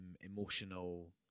emotional